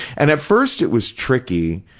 and at first it was tricky